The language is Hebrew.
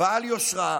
בעל יושרה,